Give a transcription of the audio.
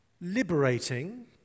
liberating